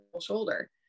shoulder